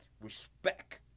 respect